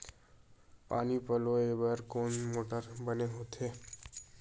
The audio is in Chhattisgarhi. पानी पलोय बर कोन मोटर बने हे?